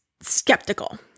skeptical